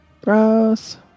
Gross